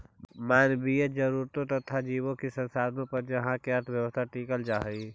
मानवीय जरूरतों तथा जीवों के संबंधों पर उहाँ के अर्थव्यवस्था टिकल हई